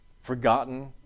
forgotten